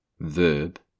verb